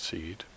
Seed